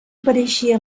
pareixia